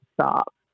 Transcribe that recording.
stop